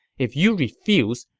if you refuse,